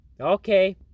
Okay